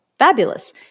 fabulous